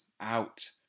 Out